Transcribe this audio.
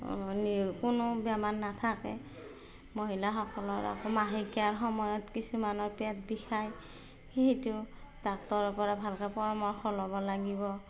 কোনো বেমাৰ নাথাকে মহিলাসকলৰ আকৌ মাহেকীয়াৰ সময়ত কিছুমানৰ পেট বিষায় সেইটো ডাক্তৰৰপৰা ভালকৈ পৰামৰ্শ ল'ব লাগিব